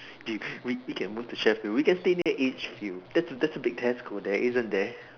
dude we can move to Sheffield we can stay there each few there's a there's a big tesco there isn't there